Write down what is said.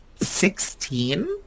sixteen